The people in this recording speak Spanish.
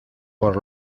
por